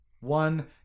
one